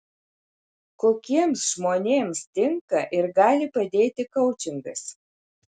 kokiems žmonėms tinka ir gali padėti koučingas